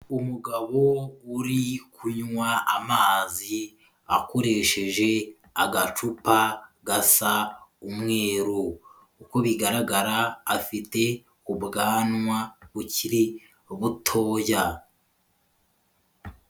Umugabo uri kunywa amazi akoresheje agacupa gasa umweru. Uko bigaragara afite ubwanwa bukiri butoya.